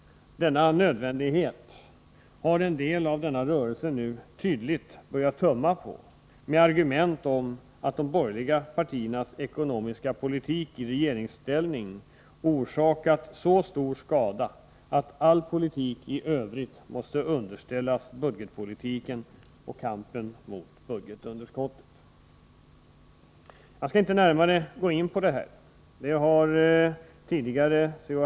Denna nödvändighet har en del av denna rörelse nu tydligt börjat tumma på, med argument om att de borgerliga partiernas ekonomiska politik i regeringsställning orsakat så stor skada att all politik i övrigt måste underställas budgetpolitiken och kampen mot budgetunderskottet. Jag skall inte närmare gå in på detta — det har C.-H.